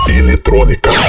eletrônica